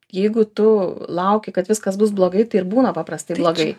jeigu tu lauki kad viskas bus blogai tai ir būna paprastai blogai